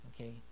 okay